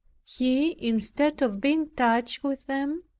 he, instead of being touched with them,